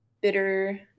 bitter